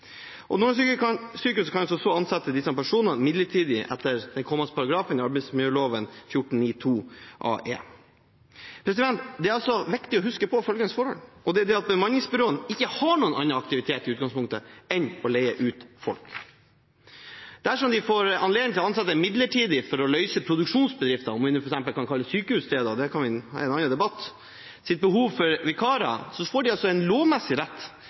kan så ansette disse personene midlertidig etter den kommende paragrafen i arbeidsmiljøloven, § 14-9-2a-e. Det er viktig å huske på følgende forhold: Bemanningsbyråene har i utgangspunktet ikke noen annen aktivitet enn å leie ut folk. Dersom de får anledning til å ansette midlertidig for å løse produksjonsbedrifters – om en f.eks. kan kalle sykehus det, er en annen debatt – behov for vikarer, får de altså en lovmessig rett